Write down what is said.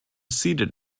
seated